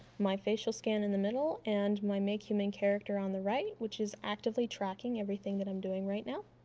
my facial scan in the middle, and my makehuman character on the right which is actively tracking everything that i'm doing right now.